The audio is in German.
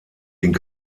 den